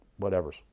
whatevers